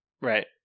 right